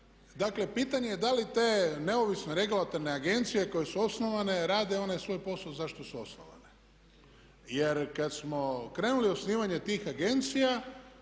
Dakle pitanje je da li te neovisne regulatorne agencije koje su osnovane rade onaj svoj posao zašto su osnovane. Jer kada smo krenuli u osnivanje tih agencija